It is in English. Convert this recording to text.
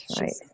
right